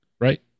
right